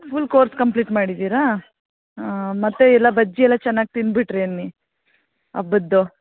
full course complete ಮಾಡಿದ್ದೀರಾ ಹಾಂ ಮತ್ತೆ ಎಲ್ಲ ಬಜ್ಜಿಯೆಲ್ಲಾ ಚೆನ್ನಾಗಿ ತಿನ್ಬಿಟ್ಟಿರಿ ಅನ್ನಿ ಹಬ್ಬದ್ದು